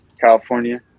California